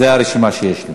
זו הרשימה שיש לי.